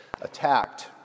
attacked